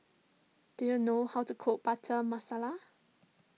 do you know how to cook Butter Masala